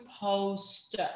post